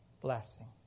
blessing